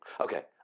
Okay